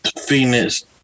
Phoenix